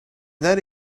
not